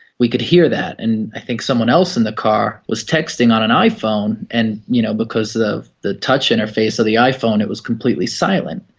we could hear that, and i think someone else in the car was texting on an iphone, and you know because of the touch interface of the iphone it was completely silent.